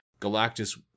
Galactus